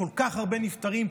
כל כך הרבה נפטרים,